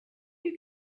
you